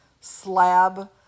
slab